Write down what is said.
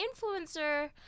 influencer